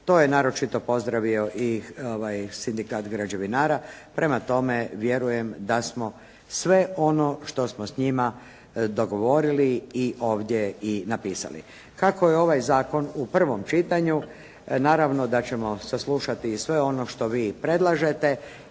To je naročito pozdravio i sindikat građevinara, prema tome, vjerujem da smo sve ono što smo s njima dogovorili i ovdje i napisali. Kako je ovaj zakon u prvom čitanju, naravno da ćemo saslušati i sve ono što vi i predlažete,